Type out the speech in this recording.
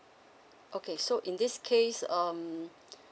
okay so in this case um